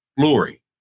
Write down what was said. glory